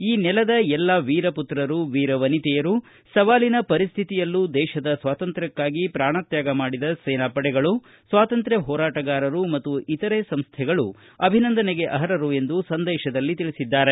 ಈ ನೆಲದ ಎಲ್ಲಾ ವೀರ ಪುತ್ರರು ವೀರ ವನಿತೆಯರು ಸವಾಲಿನ ಪರಿಸ್ವಿತಿಯಲ್ಲೂ ದೇಶದ ಸ್ನಾತಂತ್ರ್ಯಕ್ನಾಗಿ ಪೂಣ ತ್ಯಾಗ ಮಾಡಿದ ಸೇನಾ ಪಡೆಗಳು ಸ್ವಾತಂತ್ರ ಹೋರಾಟಗಾರರು ಮತ್ತು ಇತರೆ ಸಂಸ್ಥೆಗಳು ಅಭಿನಂದನೆಗೆ ಅರ್ಹರು ಎಂದು ಸಂದೇಶದಲ್ಲಿ ತಿಳಿಸಿದ್ದಾರೆ